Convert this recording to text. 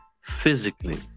physically